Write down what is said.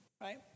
right